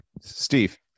Steve